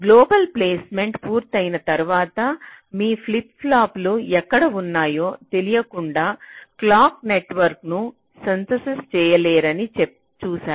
global placement పూర్తయిన తర్వాత మీ ఫ్లిప్ ఫ్లాప్లు ఎక్కడ ఉన్నాయో తెలియకుండా క్లాక్ నెట్వర్క్ను సింథసిస్ చేయలేరని చూస్తారు